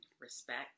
Respect